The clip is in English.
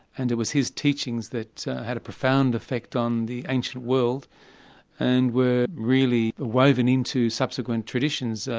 and it was his teachings that had a profound effect on the ancient world and were really ah woven into subsequent traditions,